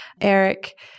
Eric